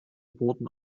boten